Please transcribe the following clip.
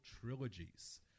trilogies